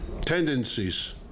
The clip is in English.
tendencies